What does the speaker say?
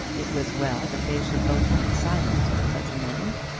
it was well that they should both be silent at such a moment.